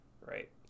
Right